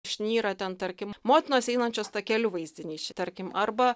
išnyra ten tarkim motinos einančios takeliu vaizdinysčia tarkim arba